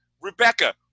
Rebecca